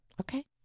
Okay